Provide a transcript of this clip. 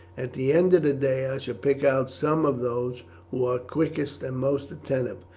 at the end of the day i shall pick out some of those who are quickest and most attentive,